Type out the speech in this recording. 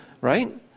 right